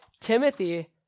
Timothy